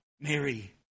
Mary